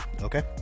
okay